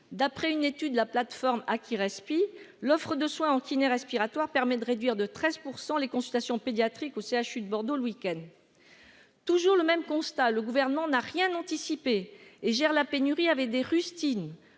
d'après une étude, la plateforme a qui respire l'offre de soins en kiné respiratoire permet de réduire de 13 % les consultations pédiatriques au CHU de Bordeaux le week-end, toujours le même constat : le gouvernement n'a rien anticipé et gère la pénurie avait des rustines